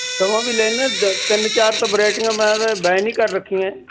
ਵੀ ਲੈਂਦਾ ਦ ਤਿੰਨ ਚਾਰ ਤਾਂ ਵਰਾਇਟੀਆਂ ਮੈਂ ਤਾਂ ਬੈਨ ਹੀ ਕਰ ਰੱਖੀਆਂ